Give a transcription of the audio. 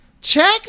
Check